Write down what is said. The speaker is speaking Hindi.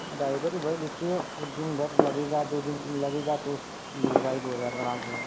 डाइवर भी भाई देखिए ऊ दिन भर लगेगा दो दिन तीन लगेगा तो उस लेगा ही दो हजार आराम से